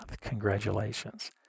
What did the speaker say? Congratulations